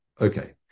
Okay